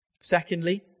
Secondly